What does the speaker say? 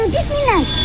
Disneyland